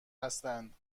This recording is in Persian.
هستند